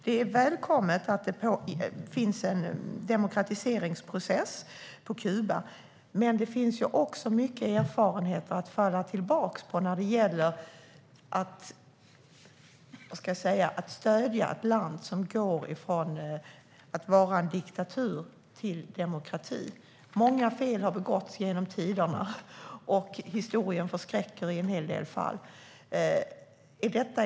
Det är välkommet att det finns en demokratiseringsprocess på Kuba, men det finns ju också mycket erfarenheter att falla tillbaka på när det gäller att stödja ett land som går ifrån diktatur till demokrati. Många fel har begåtts genom tiderna. Historien förskräcker i en hel del fall.